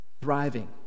thriving